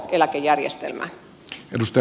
arvoisa puhemies